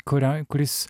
kurioj kuris